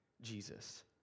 Jesus